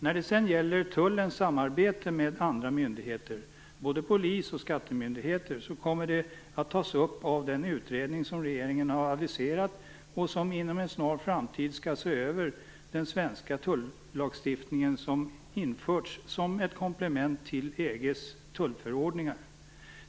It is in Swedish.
När det sedan gäller tullens samarbete med andra myndigheter - både polis och skattemyndigheter - kommer det att tas upp av den utredning som regeringen har aviserat och som inom en snar framtid skall se över den svenska tullagstiftning som har införts som ett komplement till EG:s tullförordningar.